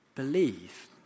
Believe